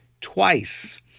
twice